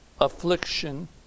Affliction